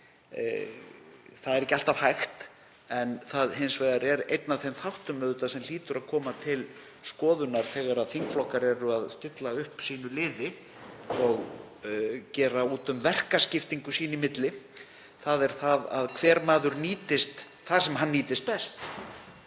Það er ekki alltaf hægt. En það er hins vegar einn af þeim þáttum sem hlýtur að koma til skoðunar þegar þingflokkar eru að stilla upp liði og gera út um verkaskiptingu sín í milli, þ.e. að hver maður sé þar sem hann nýtist best.